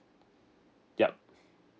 yup